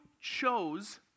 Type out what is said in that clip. chose